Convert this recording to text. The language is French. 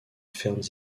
fermes